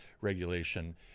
regulation